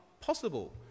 possible